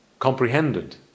Comprehended